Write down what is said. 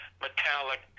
metallic